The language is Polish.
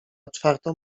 czwartą